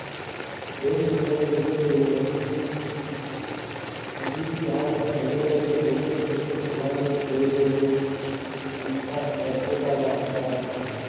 ಬೇಜಗಳ ವಿಧಗಳು ಒಂದು ರೇತಿಯಾದ್ರ ಅದರಲ್ಲಿ ಹೈಬ್ರೇಡ್ ಮತ್ತ ಜವಾರಿ ಬೇಜಗಳು ಅಂತಾ ಪ್ರತ್ಯೇಕ ಮಾಡತಾರ